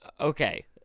Okay